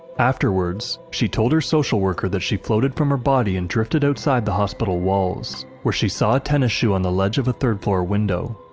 afterwards, she told her social worker that she floated from her body and drifted outside the hospital walls, where she saw a tennis shoe on the ledge of a third floor window.